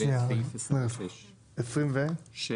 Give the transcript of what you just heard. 29 בדצמבר 2021. אני מברך את חברת הכנסת